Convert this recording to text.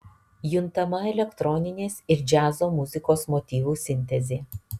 juntama elektroninės ir džiazo muzikos motyvų sintezė